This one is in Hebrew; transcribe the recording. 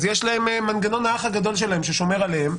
אז יש להם מנגנון האח הגדול שלהם ששומר עליהם,